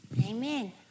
Amen